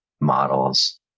models